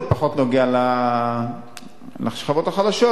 זה פחות נוגע לשכבות החלשות,